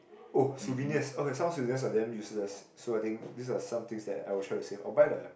oh souvenirs okay some souvenirs are damn useless so I think this are some things that I will try to save I'll buy the